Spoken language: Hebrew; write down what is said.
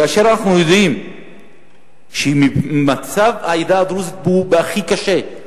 כאשר אנחנו יודעים שמצב העדה הדרוזית הוא הכי קשה.